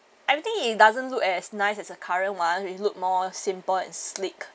everything it doesn't look as nice as a current [one] will look more simple and sleek